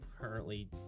currently